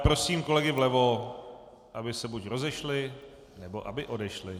Prosím kolegy vlevo, aby se buď rozešli, nebo aby odešli.